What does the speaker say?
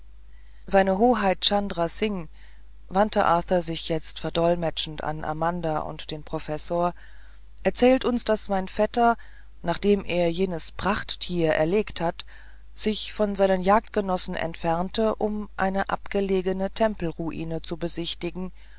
seine hoheit chandra singh wandte arthur sich jetzt verdolmetschend an amanda und den professor erzählt uns daß mein vetter nachdem er jenes prachttier erlegt hatte sich von seinen jagdgenossen entfernte um eine abgelegene tempelruine zu besichtigen